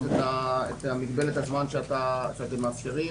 וזה גם במענה לך וגם במענה למשנה ליועצת המשפטית לממשלה,